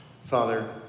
Father